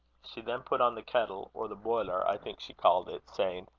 she then put on the kettle, or the boiler i think she called it saying